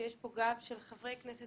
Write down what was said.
יש לכם פה גב של חברי כנסת